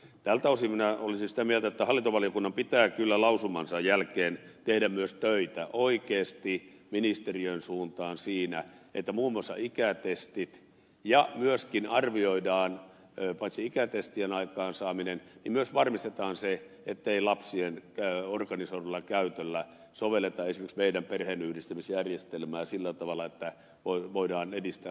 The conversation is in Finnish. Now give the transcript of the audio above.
tältä osin minä olisin sitä mieltä että hallintovaliokunnan pitää kyllä lausumansa jälkeen tehdä myös töitä oikeasti ministeriön suuntaan siinä että mummo sai käydä testit ja myöskin arvioidaan paitsi saadaan aikaan ikätestit myös varmistetaan se ettei lapsien organisoidulla käytöllä sovelleta esimerkiksi meidän perheenyhdistämisjärjestelmäämme sillä tavalla että voidaan edistää laitonta maahanmuuttoa